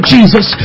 Jesus